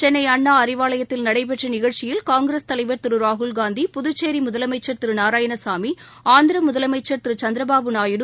சென்னைஅண்ணாஅறிவாலயத்தில் நடைபெற்றநிகழ்ச்சியில் காங்கிரஸ் தலைவர் திருராகுல்காந்தி புதுச்சேரிமுதலமைச்சர் திரு நாராயணசாமி ஆந்திரமுதலமைச்சர் திருசந்திரபாபு நாயுடு